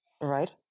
right